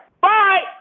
Bye